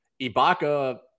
Ibaka